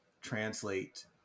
translate